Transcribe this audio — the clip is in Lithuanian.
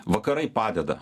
vakarai padeda